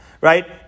Right